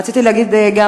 רציתי להגיד גם,